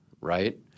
right